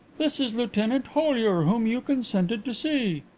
this is lieutenant hollyer, whom you consented to see.